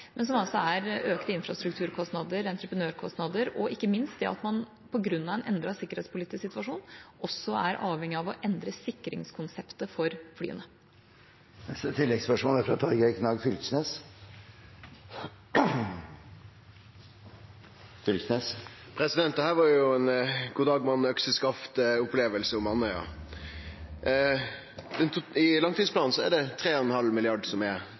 men som altså er økte infrastrukturkostnader, entreprenørkostnader og ikke minst at man på grunn av en endret sikkerhetspolitisk situasjon også er avhengig av å endre sikringskonseptet for flyene. Torgeir Knag Fylkesnes – til oppfølgingsspørsmål. Dette var ei god-dag-mann-økseskaft-oppleving om Andøya. I langtidsplanen er det 3,5 mrd. kr som er